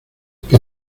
que